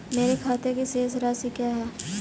मेरे खाते की शेष राशि क्या है?